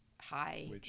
Hi